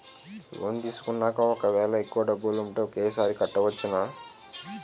Loan తీసుకున్నాక ఒకవేళ ఎక్కువ డబ్బులు ఉంటే ఒకేసారి కట్టవచ్చున?